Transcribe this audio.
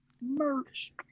merch